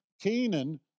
Canaan